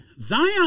Zion